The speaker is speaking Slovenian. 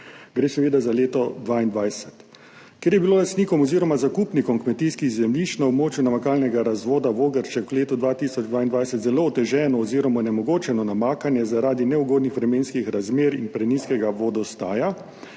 Gre seveda za leto 2022. Ker je bilo lastnikom oziroma zakupnikom kmetijskih zemljišč na območju namakalnega razvoda Vogršček v letu 2022 zelo oteženo oziroma onemogočeno namakanje zaradi neugodnih vremenskih razmer in prenizkega vodostaja,